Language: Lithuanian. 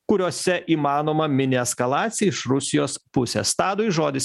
kuriose įmanoma mini eskalacija iš rusijos pusės tadui žodis